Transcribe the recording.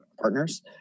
partners